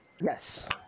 Yes